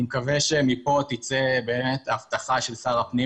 אני מקווה שמכאן תצא הבטחה של שר הפנים